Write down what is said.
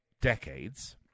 decades